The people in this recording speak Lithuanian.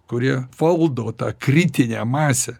kurie valdo tą kritinę masę